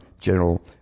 General